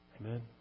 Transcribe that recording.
Amen